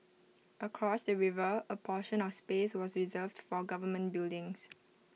across the river A portion of space was reserved for government buildings